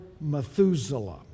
Methuselah